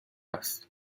است